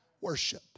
worship